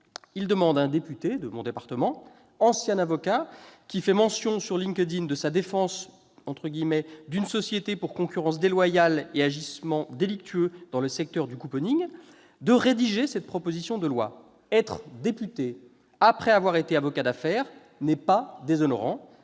Il demande à un député de mon département, ancien avocat, qui fait mention sur LinkedIn de sa défense « d'une société pour concurrence déloyale et agissements délictueux dans le secteur du », de rédiger cette proposition de loi. Être député après avoir été avocat d'affaires n'est pas déshonorant,